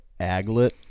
aglet